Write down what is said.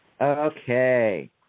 Okay